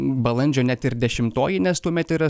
balandžio net ir dešimtoji nes tuomet yra